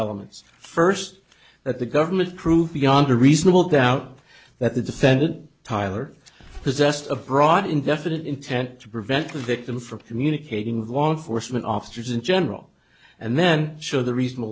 elements first that the government prove beyond a reasonable doubt that the defendant tyler possessed of broad indefinite intent to prevent the victim from communicating with law enforcement officers in general and then sure the reason